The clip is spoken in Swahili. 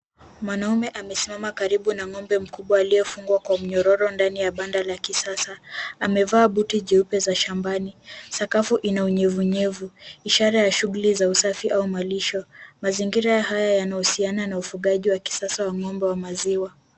Mwanaume amesimama karibu na ng'ombe mkubwa aliye fungwa kwa mnyororo ndani ya banda la kisasa. Amevaa buti jeupe za shambani. Sakafu ina unyevu nyevu ishara ya shughuli za usafi au malisho. Mazingira haya yanahusiana na ufugaji wa kisasa wa ng'ombe wa maziwa.